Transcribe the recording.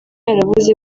yaravuze